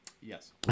Yes